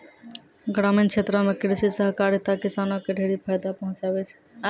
ग्रामीण क्षेत्रो म कृषि सहकारिता किसानो क ढेरी फायदा पहुंचाबै छै